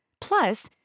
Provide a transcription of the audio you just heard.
Plus